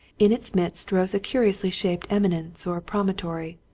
in its midst rose a curiously shaped eminence or promontory,